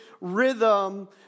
rhythm